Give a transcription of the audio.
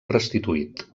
restituït